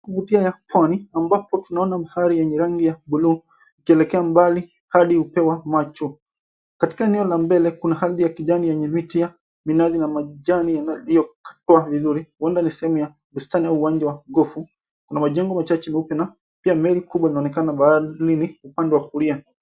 Ya kuvutia ya pwani ambapo tunaona bahari yenye rangi ya bluu ikielekea mbali hadi upeo wa macho. Katika eneo la mbele kuna ardhi ya kijani yenye miti ya minazi na majani yaliokuwa vizuri huenda ni sehemu ya bustani au uwanja wa gofu. Kuna majengo machache meupe na pia meli inaonekana baharini upande wa kulia.